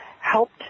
helped